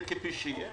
כפי שיהיה.